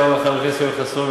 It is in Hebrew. תודה רבה לחבר הכנסת יואל חסון,